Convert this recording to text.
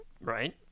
Right